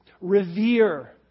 revere